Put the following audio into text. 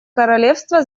королевства